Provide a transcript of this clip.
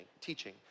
teaching